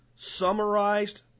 summarized